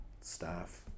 staff